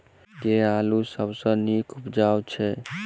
केँ आलु सबसँ नीक उबजय छै?